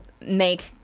make